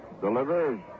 Delivers